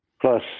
plus